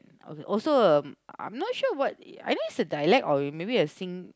also um I'm not sure what I think is a dialect or maybe a sing